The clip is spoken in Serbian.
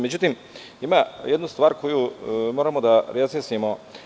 Međutim, ima jedna stvar koju moramo da razjasnimo.